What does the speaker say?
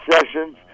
sessions